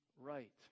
right